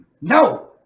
No